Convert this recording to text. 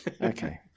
Okay